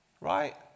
right